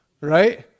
right